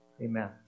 Amen